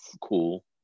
cool